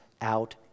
out